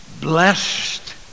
blessed